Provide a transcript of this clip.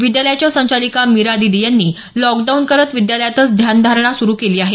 विद्यालयाच्या संचालीका मिरा दिदी यांनी लॉकडाऊन करत विद्यालयातच ध्यानधारणा सुरु केली आहे